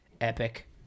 epic